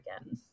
again